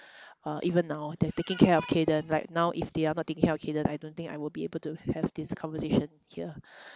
uh even now they're taking care of kayden like now if they are not taking care for kayden I don't think I will be able to have this conversation here